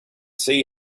see